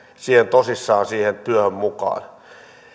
tosissaan siihen työhön mukaan